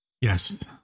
Yes